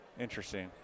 Interesting